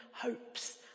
hopes